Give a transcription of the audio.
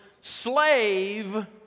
slave